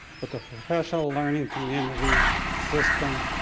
but the professional learning community system